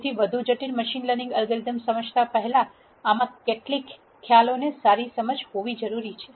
તેથી વધુ જટિલ મશીન લર્નિંગ એલ્ગોરિધમ્સ સમજતા પહેલા આમાંની કેટલીક ખ્યાલોની સારી સમજ હોવી જરૂરી છે